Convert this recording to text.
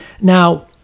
Now